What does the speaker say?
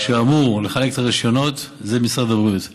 שאמור לחלק את הרישיונות זה משרד הבריאות.